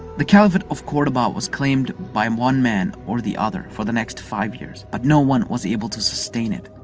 the caliphate of cordoba was claimed by um one man or the other for the next few years but no one was able to sustain it.